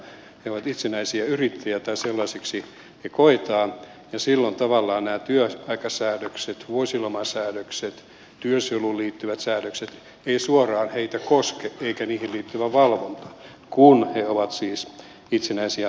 he ovat itsenäisiä yrittäjiä tai sellaisiksi heidät koetaan ja silloin tavallaan nämä työaikasäädökset vuosilomasäädökset työsuojeluun liittyvät säädökset eivät suoraan heitä koske eikä niihin liittyvä valvonta kun he ovat siis itsenäisiä ammatinharjoittajia